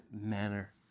manner